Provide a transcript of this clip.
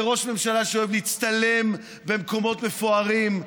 זה ראש ממשלה שאוהב להצטלם במקומות מפוארים,